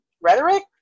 rhetoric